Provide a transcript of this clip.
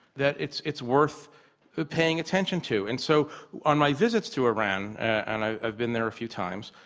that it's it's worth paying attention to. and so on my visits to iran, and i've been there a few times,